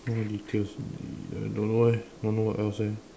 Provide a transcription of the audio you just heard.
more details on the don't know eh don't know what else eh